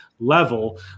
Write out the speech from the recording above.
level